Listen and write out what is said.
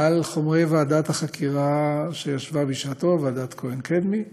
על חומרי ועדת החקירה שישבה בשעתו, ועדת כהן-קדמי,